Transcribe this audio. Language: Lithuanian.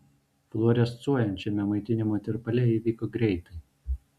fluorescuojančiame maitinimo tirpale ji vyko greitai